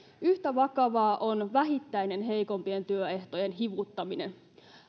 yhtä vakavaa on vähittäinen heikompien työehtojen hivuttaminen